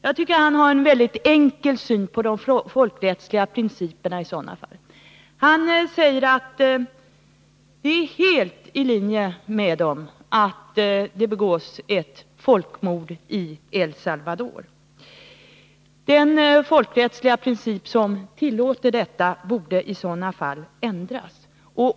Jag tycker att han har en mycket enkel syn på dessa principer i sådana här fall. Han säger att det är helt i linje med dem att det begås ett folkmord i El Salvador. Den folkrättsliga princip som tillåter detta borde i så fall ändras.